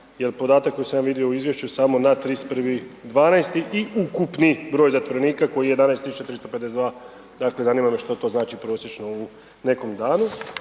jer podatak koji sam ja vidio u izvješću samo na 31. 12. i ukupni broj zatvorenika koji je 11 352, dakle zanima me što što znači prosječno u nekom danu.